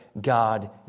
God